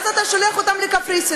אז אתה שולח אותם לקפריסין.